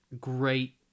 great